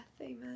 Amen